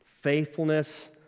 Faithfulness